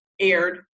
aired